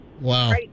Wow